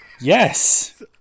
Yes